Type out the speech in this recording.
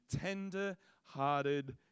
tender-hearted